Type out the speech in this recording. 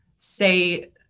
say